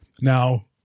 Now